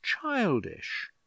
childish